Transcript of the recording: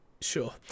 Sure